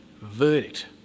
verdict